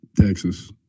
Texas